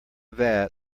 vat